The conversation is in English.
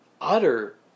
utter